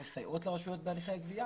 שהן מסייעות לרשויות בהליכי הגבייה